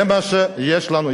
זה מה שיש לנו.